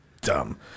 Dumb